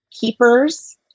keepers